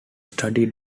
study